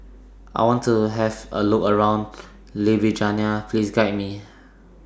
I want to Have A Look around Ljubljana Please Guide Me